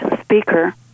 speaker